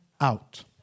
out